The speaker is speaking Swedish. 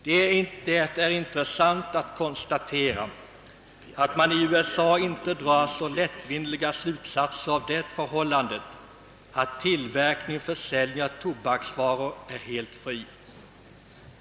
Det är intressant att konstatera, att man i USA inte drar så lättvindiga slutsatser av det förhållandet, att tillverkning och försäljning av tobaksvaror är helt fri.